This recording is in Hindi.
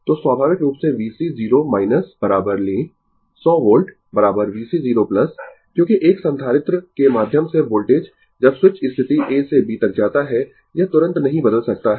तो स्वाभाविक रूप से VC 0 लें 100 वोल्ट VC 0 क्योंकि एक संधारित्र के माध्यम से वोल्टेज जब स्विच स्थिति A से B तक जाता है यह तुरंत नहीं बदल सकता है